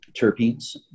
terpenes